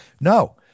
no